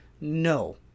No